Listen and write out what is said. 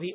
V